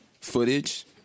footage